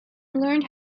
learned